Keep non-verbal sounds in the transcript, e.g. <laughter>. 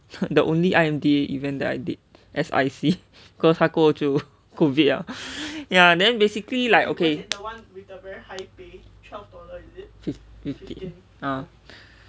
the only I_M_D event that I did as I_C cause 它过后就 <noise> covid liao then ya basically fifteen ah